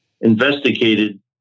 investigated